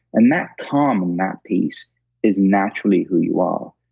and that calm and that peace is naturally who you are.